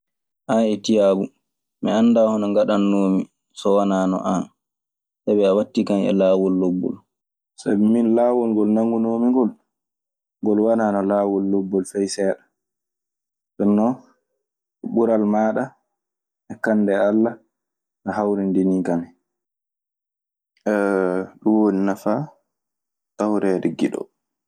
"An e tiyaabu, mi annda hono ngaɗannoomi so wanaano an, sabi a waɗtii kan e laawol lobbol."